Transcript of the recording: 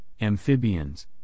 amphibians